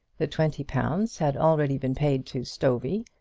the twenty pounds had already been paid to stovey,